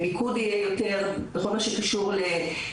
שהמיקוד פה בדיון יהיה יותר בכל מה שקשור לתנאי ההעסקה של העובדים.